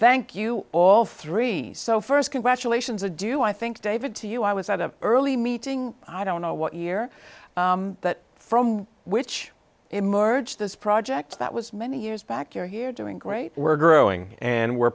thank you all three so st congratulations adieu i think david to you i was at an early meeting i don't know what you hear that from which emerged this project that was many years back you're here doing great we're growing and we're